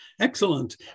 Excellent